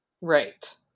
Right